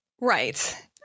Right